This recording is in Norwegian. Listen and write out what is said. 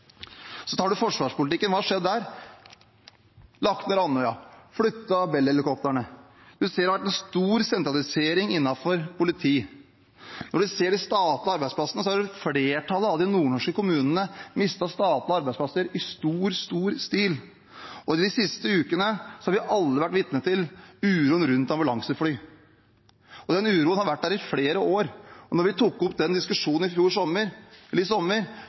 så stor naturrikdom. Så til forsvarspolitikken. Hva har skjedd der? Man har lagt ned Andøya flystasjon og flyttet Bell-helikoptrene. Man ser at det har vært en stor sentralisering innenfor politiet. Når det gjelder statlige arbeidsplasser, har flertallet av de nordnorske kommunene mistet statlige arbeidsplasser i stor, stor stil. Og i de siste ukene har vi alle vært vitne til uroen rundt ambulanseflyene. Den uroen har vært der i flere år. Da vi tok opp den diskusjonen i sommer,